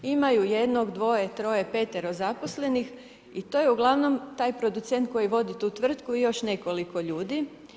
Imaju jednog, dvoje, troje, petero zaposlenih i to je uglavnom taj producent koji vodi tu tvrtku i još nekoliko ljudi.